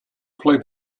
play